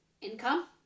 Income